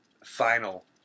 final